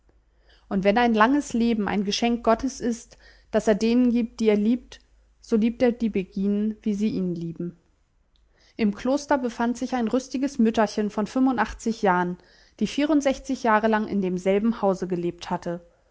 und wenn ein langes leben ein geschenk gottes ist das er denen gibt die er liebt so liebt er die beginen wie sie ihn lieben im kloster befand sich ein rüstiges mütterchen von jahren die vierundsechzig jahre lang in demselben hause gelebt hatte